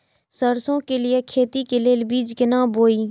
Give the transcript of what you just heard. सरसों के लिए खेती के लेल बीज केना बोई?